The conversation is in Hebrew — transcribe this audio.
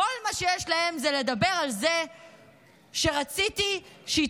כל מה שיש להם הוא לדבר על זה שרציתי שיתווסף